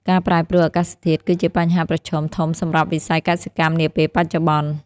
ការប្រែប្រួលអាកាសធាតុគឺជាបញ្ហាប្រឈមធំសម្រាប់វិស័យកសិកម្មនាពេលបច្ចុប្បន្ន។